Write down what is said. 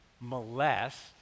molest